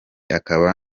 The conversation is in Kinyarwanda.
akaba